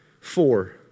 Four